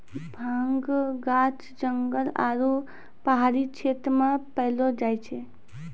भांगक गाछ जंगल आरू पहाड़ी क्षेत्र मे पैलो जाय छै